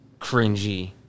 cringy